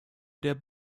der